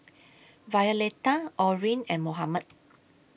Violeta Orin and Mohamed